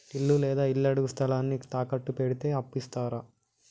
ఇల్లు లేదా ఇళ్లడుగు స్థలాన్ని తాకట్టు పెడితే అప్పు ఇత్తరా?